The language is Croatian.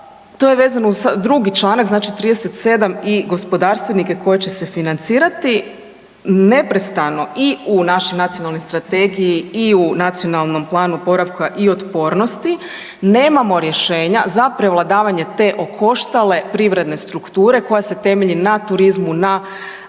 to je vezano za drugi članak znači 37. i gospodarstvenike koje će se financirati. Neprestano i u našoj nacionalnoj strategiji i u Nacionalnom planu oporavka i otpornosti nemamo rješenja za prevladavanje te okoštale privredne strukture koja se temelji na turizmu, na